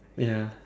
ya